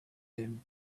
him